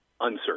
uncertain